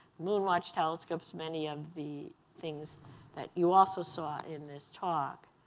moon watch telescopes, many of the things that you also saw in this talk.